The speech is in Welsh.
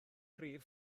rhif